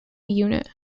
unit